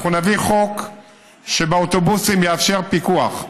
אנחנו נביא חוק שיאפשר פיקוח באוטובוסים.